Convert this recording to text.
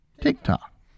TikTok